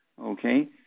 Okay